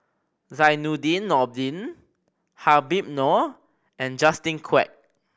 Zainudin Nordin Habib Noh and Justin Quek